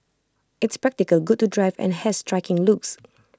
it's practical good to drive and has striking looks